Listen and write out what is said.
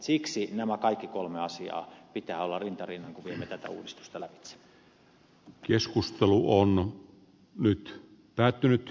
siksi nämä kaikki kolme asiaa pitää olla rinta rinnan kun viemme tätä uudistusta lävitse